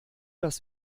das